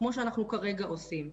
כמו שאנחנו כרגע עושים,